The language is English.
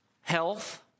health